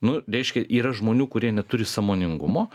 nu reiškia yra žmonių kurie neturi sąmoningumo